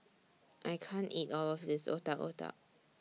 I can't eat All of This Otak Otak